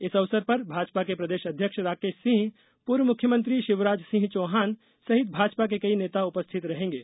इस अवसर पर भाजपा के प्रदेश अध्यक्ष राकेश सिंह पूर्व मुख्यमंत्री शिवराज सिंह चौहान सहित भाजपा के कई नेता उपस्थित रहेंगे